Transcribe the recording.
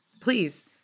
Please